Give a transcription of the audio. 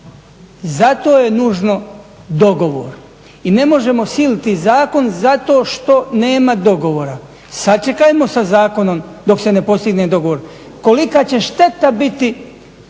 zato je nužno dogovor i ne možemo siliti zakon zato što nema dogovora. Sačekajmo sa zakonom dok se ne postigne dogovor, kolika će šteta biti,